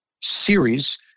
series